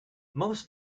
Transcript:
most